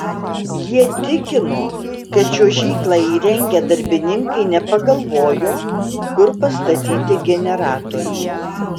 jie tikino kad čiuožyklą įrengę darbininkai nepagalvojo kur pastatyti generatorių